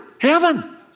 Heaven